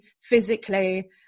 physically